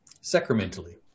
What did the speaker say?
Sacramentally